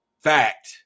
Fact